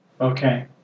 Okay